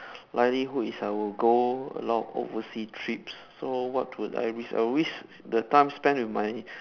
likelihood is I will go a lot of overseas trips so what would I risk I would risk the time spent with my